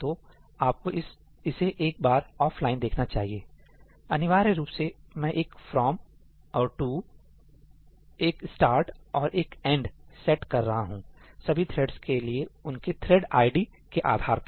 तो आपको इसे एक बार ऑफलाइन देखना चाहिए अनिवार्य रूप से मैं एक फ्रॉम 'from' और टु'to'एक स्टार्ट'start' और एक एंड'end' सेट कर रहा हूं सभी थ्रेड्स के लिए उनके थ्रेड् आईडी के आधार पर